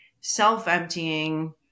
self-emptying